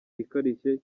ikarishye